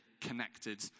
connected